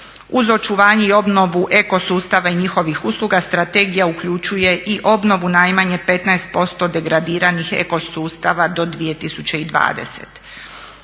uz očuvanje i obnovu eko sustava i njihovih usluga strategija uključuje i obnovu najmanje 15% degradiranih ekosustava do 2020.